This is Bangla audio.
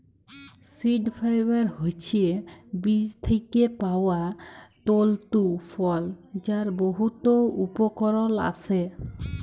সিড ফাইবার হছে বীজ থ্যাইকে পাউয়া তল্তু ফল যার বহুত উপকরল আসে